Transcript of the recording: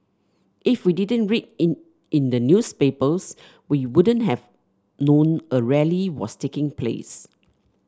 if we didn't read in in the newspapers we wouldn't have known a rally was taking place